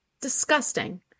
Disgusting